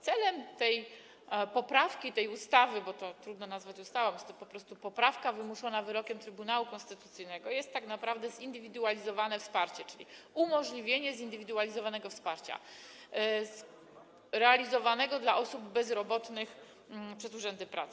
Celem tej poprawki, tej ustawy - choć to trudno nazwać ustawą, jest to po prostu poprawka wymuszona wyrokiem Trybunału Konstytucyjnego - jest tak naprawdę zindywidualizowane wsparcie, czyli umożliwienie zindywidualizowanego wsparcia udzielanego osobom bezrobotnym przez urzędy pracy.